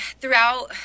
throughout